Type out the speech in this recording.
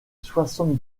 soixante